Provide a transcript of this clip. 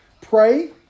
Pray